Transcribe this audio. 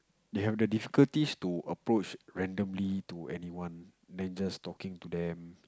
they have the difficulties to approach randomly to anyone then just talking to them